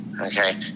okay